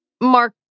Mark